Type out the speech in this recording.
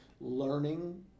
learning